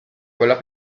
quella